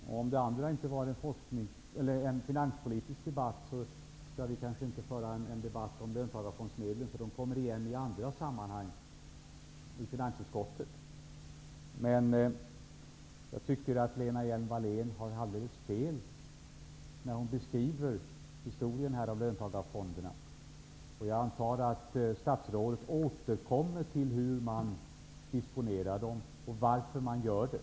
Om nu detta inte är en finanspolitisk debatt, skall vi kanske inte heller föra en debatt om löntagarfondsmedlen, för den frågan kommer igen i andra sammanhang, i finansutskottet, men jag tycker att Lena Hjelm-Wallén har alldeles fel när hon beskriver historien om löntagarfonderna. Jag antar att statsrådet återkommer till hur man disponerar dem och varför man gör det.